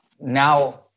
now